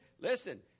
Listen